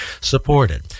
supported